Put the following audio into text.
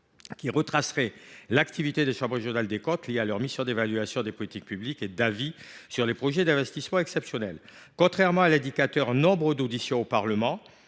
qui retracerait l’activité des CRC liée à leur mission d’évaluation des politiques publiques et d’avis sur les projets d’investissement exceptionnels. Contrairement à l’indicateur « Nombre d’auditions au Parlement